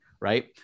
right